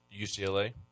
UCLA